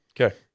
Okay